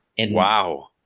Wow